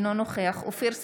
אינו נוכח אופיר סופר,